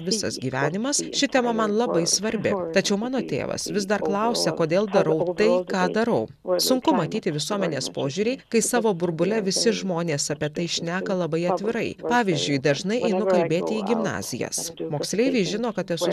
visas gyvenimas ši tema man labai svarbi tačiau mano tėvas vis dar klausia kodėl darau tai ką darau sunku matyti visuomenės požiūrį kai savo burbule visi žmonės apie tai šneka labai atvirai pavyzdžiui dažnai einu kalbėti į gimnazijas moksleiviai žino kad esus